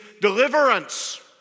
deliverance